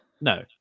no